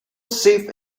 safe